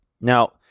Now